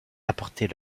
apporter